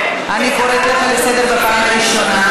אני קוראת אותך לסדר פעם ראשונה.